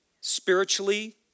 spiritually